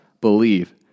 believe